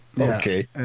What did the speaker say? Okay